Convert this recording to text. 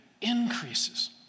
increases